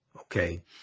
okay